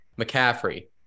McCaffrey